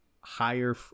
higher